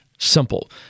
simple